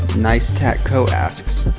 nice tat co. asks,